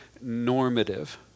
Normative